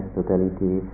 totality